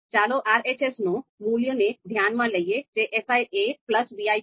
ચાલો RHSનો મૂલ્યને ધ્યાનમાં લઈએ જે fi vi છે